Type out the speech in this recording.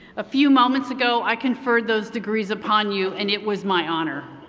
a few moments ago i conferred those degrees upon you and it was my honor.